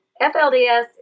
FLDS